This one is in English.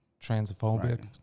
transphobic